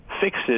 fixes